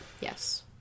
Yes